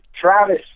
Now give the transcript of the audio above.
Travis